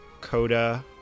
Coda